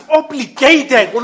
obligated